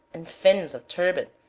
and fins of turbot,